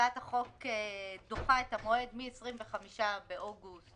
הצעת החוק דוחה את המועד מ-25 באוגוסט